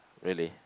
really